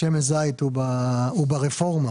נמצא ברפורמה